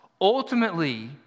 Ultimately